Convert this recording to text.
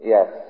Yes